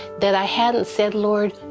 that i hadn't said, lord,